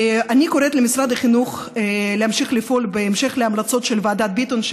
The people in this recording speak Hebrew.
אני קוראת למשרד החינוך להמשיך לפעול בהמשך להמלצות של ועדת ביטון,